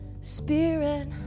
Spirit